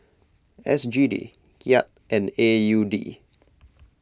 S G D Kyat and A U D